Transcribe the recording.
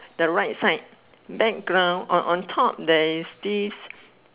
the right side back ground on on top there is this